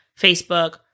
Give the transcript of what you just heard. Facebook